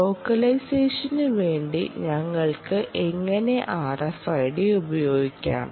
ലോക്കലൈസേഷനു വേണ്ടി ഞങ്ങൾക്ക് എങ്ങനെ RFID ഉപയോഗിക്കാം